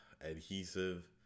adhesive